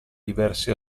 diversi